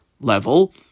level